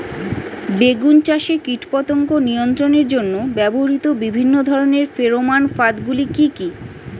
বেগুন চাষে কীটপতঙ্গ নিয়ন্ত্রণের জন্য ব্যবহৃত বিভিন্ন ধরনের ফেরোমান ফাঁদ গুলি কি কি?